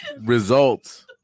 Results